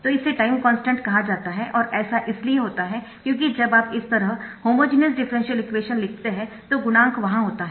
तो इसे time constant कहा जाता है और ऐसा इसलिए होता है क्योंकि जब आप इस तरह होमोजेनियस डिफरेंशियल इक्वेशन लिखते है तो गुणांक वहां होता है